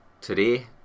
today